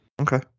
Okay